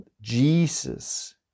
Jesus